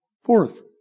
Fourth